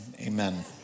Amen